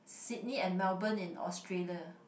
Sydney and Melbourne in Australia